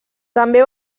també